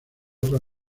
otros